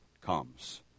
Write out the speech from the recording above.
comes